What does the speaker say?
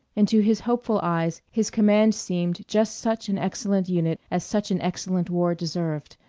and to his hopeful eyes his command seemed just such an excellent unit as such an excellent war deserved.